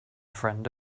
friend